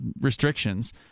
restrictions